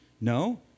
No